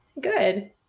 Good